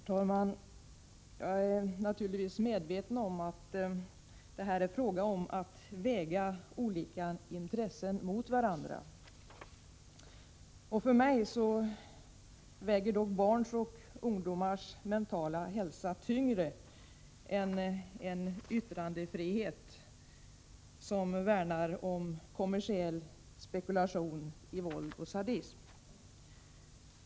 Herr talman! Jag är naturligtvis medveten om att det här är fråga om att väga olika intressen mot varandra. För mig väger barns och ungdomars mentala hälsa tyngre än en yttrandefrihet som värnar om kommersiell spekulation i våld och sadism.